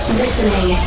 listening